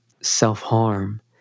self-harm